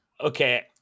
Okay